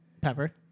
Pepper